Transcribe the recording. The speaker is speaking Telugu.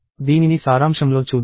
దీనిని సారాంశంలో చూద్దాం